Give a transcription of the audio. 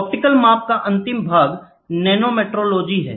optical माप का अंतिम भाग नैनोमेट्रोलॉजी है